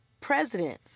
president